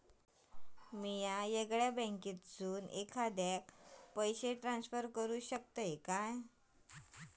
म्या येगल्या बँकेसून एखाद्याक पयशे ट्रान्सफर करू शकतय काय?